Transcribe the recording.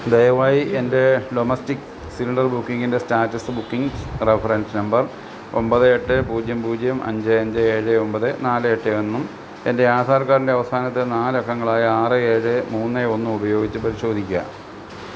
ദയവായി എൻ്റെ domestic cylinder ബുക്കിംഗിൻ്റെ സ്റ്റാറ്റസ് ബുക്കിംഗ് റഫറൻസ് നമ്പർ ഒൻപത് എട്ട് പൂജ്യം പൂജ്യം അഞ്ച് അഞ്ച് ഏഴ് ഒൻപത് നാല് എട്ട് ഒന്നും എൻ്റെ ആധാർ കാർഡിൻ്റെ അവസാനത്തെ നാല് അക്കങ്ങളായ ആറ് ഏഴ് മൂന്ന് ഒന്നും ഉപയോഗിച്ച് പരിശോധിക്കുക